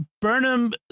Burnham